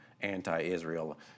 anti-Israel